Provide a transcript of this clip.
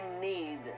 need